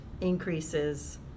increases